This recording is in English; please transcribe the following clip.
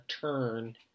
turn